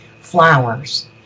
flowers